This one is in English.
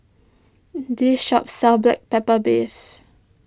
this shop sells Black Pepper Beef